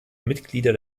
mitglieder